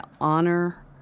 honor